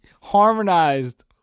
harmonized